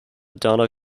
dana